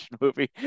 movie –